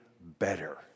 better